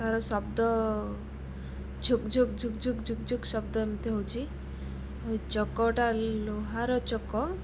ତା'ର ଶବ୍ଦ ଝୁକ୍ ଝୁକ୍ ଝୁକ୍ ଝୁକ୍ ଝୁକ୍ ଝୁକ୍ ଶବ୍ଦ ଏମିତି ହେଉଛି ଚକଟା ଲୁହାର ଚକ